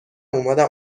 اومدم